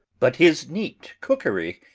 but his neat cookery!